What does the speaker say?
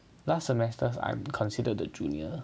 last semester I'm considered the junior